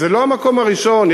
זה לא המקום הראשון,